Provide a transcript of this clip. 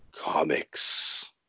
comics